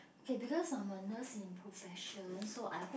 K because I'm a nurse in profession so I hope